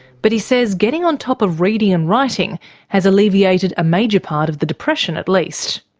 but he says getting on top of reading and writing has alleviated a major part of the depression at least.